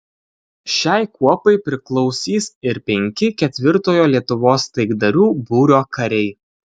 šiai kuopai priklausys ir penki ketvirtojo lietuvos taikdarių būrio kariai